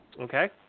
Okay